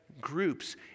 groups